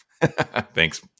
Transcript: Thanks